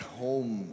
home